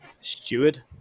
steward